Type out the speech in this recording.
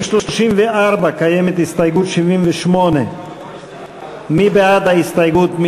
34 קיימת הסתייגות 78. מי בעד ההסתייגות?